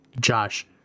Josh